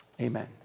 amen